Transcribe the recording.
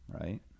right